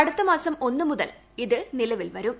അടുത്തമാസം ഒന്ന് മുതൽ ഇത് നിലവിൽ വരും